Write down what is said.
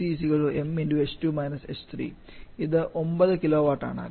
0 kWആണ്